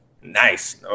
Nice